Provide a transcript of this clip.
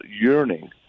yearning